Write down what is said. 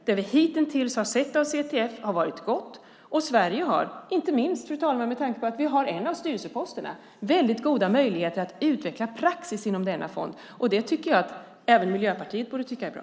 Det vi hittills har sett av CTF har varit gott, och Sverige har, inte minst med tanke på att vi har en av styrelseposterna, väldigt goda möjligheter att utveckla praxis inom denna fond. Det tycker jag att även Miljöpartiet borde tycka är bra.